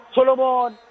Solomon